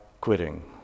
quitting